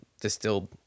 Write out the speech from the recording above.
distilled